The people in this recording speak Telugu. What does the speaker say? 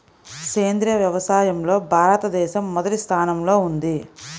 సేంద్రీయ వ్యవసాయంలో భారతదేశం మొదటి స్థానంలో ఉంది